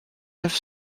neuf